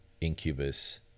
Incubus